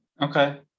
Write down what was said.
Okay